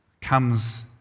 comes